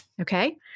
Okay